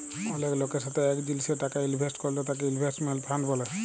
অলেক লকের সাথে এক জিলিসে টাকা ইলভেস্ট করল তাকে ইনভেস্টমেন্ট ফান্ড ব্যলে